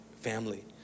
family